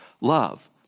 Love